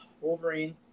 Wolverine